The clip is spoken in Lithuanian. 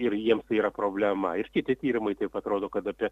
ir jiems tai yra problema ir kiti tyrimai taip pat rodo kad apie